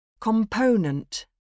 Component